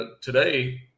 today